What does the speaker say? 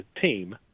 team